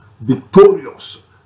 victorious